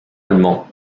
allemand